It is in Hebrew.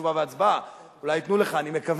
תשובה והצבעה, אולי ייתנו לך, אני מקווה,